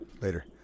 Later